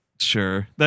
sure